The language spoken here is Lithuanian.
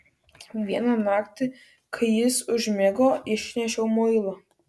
vieną naktį kai jis užmigo išnešiau muilą